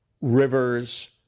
Rivers